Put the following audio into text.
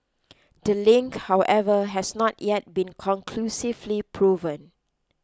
the link however has not yet been conclusively proven